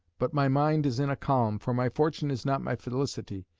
but my mind is in a calm, for my fortune is not my felicity.